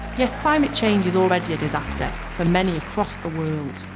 yes, climate change is already a disaster for many across the world,